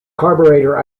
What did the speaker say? carburetor